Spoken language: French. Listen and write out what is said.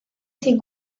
ses